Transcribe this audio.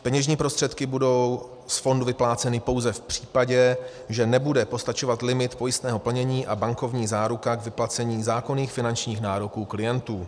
Peněžní prostředky budou z fondu vypláceny pouze v případě, že nebude postačovat limit pojistného plnění a bankovní záruka k vyplacení zákonných finančních nároků klientů.